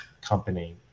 company